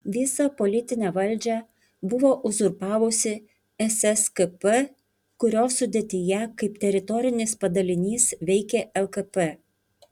visą politinę valdžią buvo uzurpavusi sskp kurios sudėtyje kaip teritorinis padalinys veikė lkp